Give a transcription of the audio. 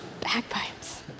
Bagpipes